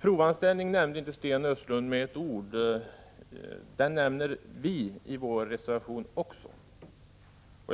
Provanställning nämnde inte Sten Östlund ett ord om, men i vår reservation behandlar vi även den frågan.